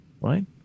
right